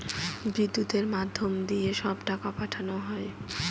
বিদ্যুতের মাধ্যম দিয়ে সব টাকা পাঠানো হয়